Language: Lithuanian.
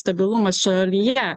stabilumas šalyje